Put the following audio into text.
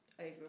over